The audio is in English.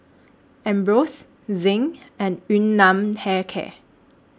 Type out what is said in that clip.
Ambros Zinc and Yun Nam Hair Care